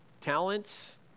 talents